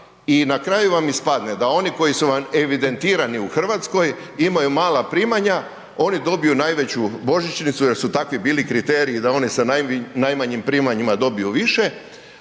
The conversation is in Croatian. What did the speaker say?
i na kraju vam ispadne da oni koji su vam evidentirani u Hrvatskoj imaju mala primanja oni dobiju najveću božićnicu jer su takvi bili kriteriji da oni sa najmanjim primanjima dobiju više,